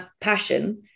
passion